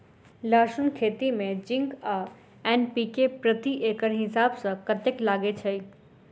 लहसून खेती मे जिंक आ एन.पी.के प्रति एकड़ हिसाब सँ कतेक लागै छै?